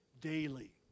daily